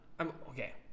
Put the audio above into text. Okay